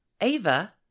Ava